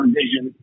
vision